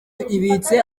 ibitse